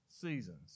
seasons